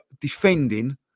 defending